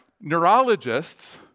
neurologists